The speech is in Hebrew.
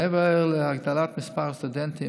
מעבר להגדלת מספר הסטודנטים,